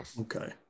Okay